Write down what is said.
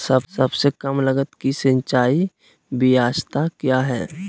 सबसे कम लगत की सिंचाई ब्यास्ता क्या है?